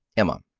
emma.